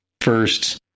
first